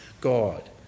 God